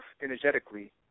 Energetically